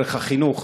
דרך החינוך,